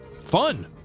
fun